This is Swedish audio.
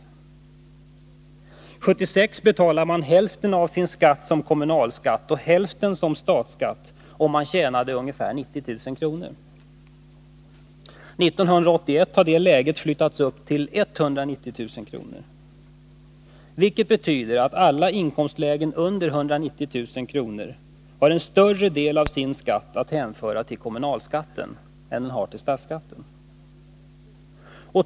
År 1976 betalade man hälften av sin skatt som kommunalskatt och hälften som statsskatt, om man tjänade ungefär 90 000 kr. År 1981 har det läget flyttats upp till 190 000 kr., vilket betyder att alla i inkomstlägen under 190 000 kr. har en större del av sin skatt att hänföra till kommunalskatten än till statsskatten.